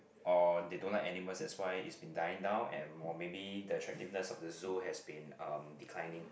or they don't like animals that's why it's been dying down and more maybe the attractiveness of the zoo has been um declining